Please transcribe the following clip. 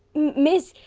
miss.